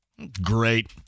great